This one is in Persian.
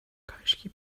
کاشکی